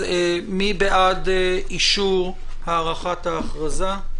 מי בעד אישור הארכת ההכרזה?